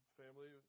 family